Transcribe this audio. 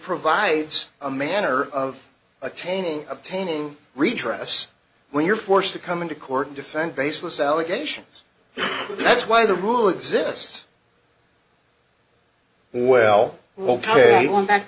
provides a manner of attaining obtaining redress when you're forced to come into court and defend baseless allegations that's why the rule exists well we'll tell you we're back